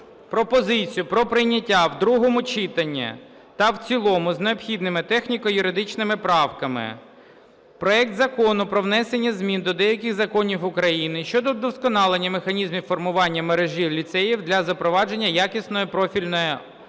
пропозицію про прийняття в другому читанні та в цілому з необхідними техніко-юридичними правками проект Закону про внесення змін до деяких законів України щодо вдосконалення механізмів формування мережі ліцеїв для запровадження якісної профільної